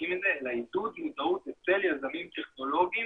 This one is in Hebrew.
אלא עידוד מודעות אצל יזמים טכנולוגיים